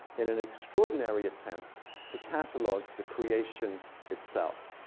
in an extraordinary attempt to catalog the creation itself.